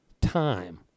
time